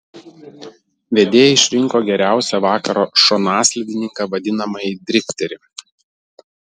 vedėjai išrinko geriausią vakaro šonaslydininką vadinamąjį drifterį